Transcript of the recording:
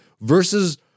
versus